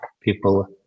people